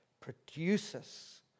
produces